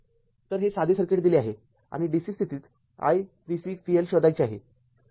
तर हे साधे सर्किट दिले आहे आणि dc स्थितीत i VC V L शोधायचे आहे